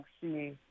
see